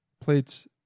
plates